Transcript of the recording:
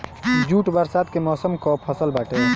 jute बरसात के मौसम कअ फसल बाटे